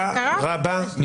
אתה חייב לצאת?